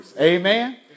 Amen